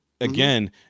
Again